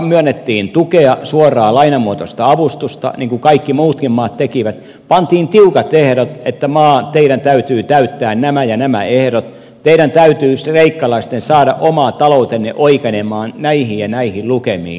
myönnettiin tukea suoraa lainamuotoista avustusta niin kuin kaikki muutkin maat tekivät pantiin tiukat ehdot että maa teidän täytyy täyttää nämä ja nämä ehdot teidän täytyy kreikkalaisten saada oma taloutenne oikenemaan näihin ja näihin lukemiin